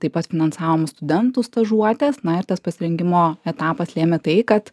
taip pat finansavome studentų stažuotes na ir tas pasirengimo etapas lėmė tai kad